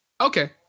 Okay